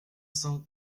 cent